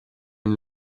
nel